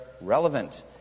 relevant